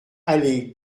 allée